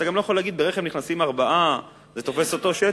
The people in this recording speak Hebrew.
אתה גם לא יכול להגיד שברכב נכנסים ארבעה וזה תופס אותו שטח.